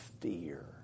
fear